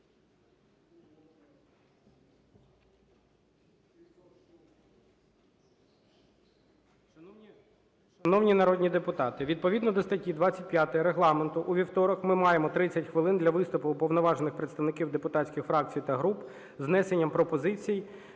Шановні народні депутати, відповідно до статті 25 Регламенту у вівторок ми маємо 30 хвилин для виступу уповноважених представників депутатських фракцій і груп з внесенням пропозицій,